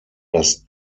das